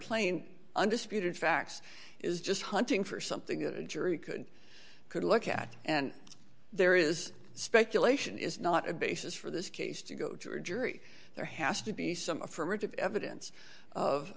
plain undisputed facts is just hunting for something that a jury could could look at and there is speculation is not a basis for this case to go to a jury there has to be some affirmative evidence of